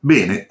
Bene